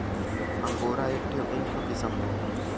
angora एक ठे ऊन क किसम हौ